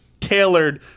Tailored